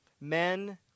men